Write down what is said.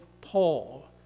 Paul